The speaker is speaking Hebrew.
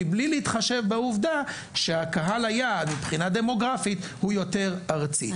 מבלי להתחשב בעובדה שקהל היעד מבחינה דמוגרפית הוא יותר ארצי,